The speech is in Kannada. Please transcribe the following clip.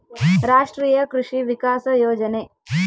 ರಾಷ್ಟ್ರೀಯ ಕೃಷಿ ವಿಕಾಸ ಯೋಜನೆ